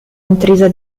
intrisa